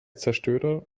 zerstörer